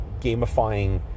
gamifying